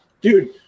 dude